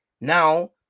Now